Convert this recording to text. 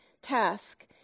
task